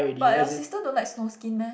but your sister don't like snow skin meh